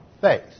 faith